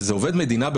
וזה עובד מדינה גם